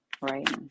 right